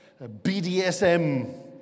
BDSM